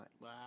Wow